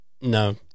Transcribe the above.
No